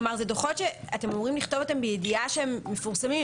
כלומר אלה דוחות שאתם אמורים לכתוב אותם בידיעה שהם מפורסמים,